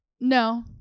No